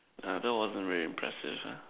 err that wasn't really impressive ah